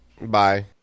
bye